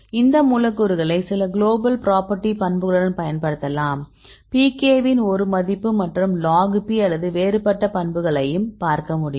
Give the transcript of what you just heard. இந்த மூலக்கூறுகளை சில குளோபல் ப்ராப்பர்ட்டி பண்புகளுடன் தொடர்புபடுத்தலாம் pKa வின் ஒரு மதிப்பு மற்றும் logP அல்லது வேறுபட்ட பண்புகளை பார்க்கமுடியும்